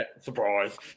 Surprise